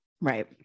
right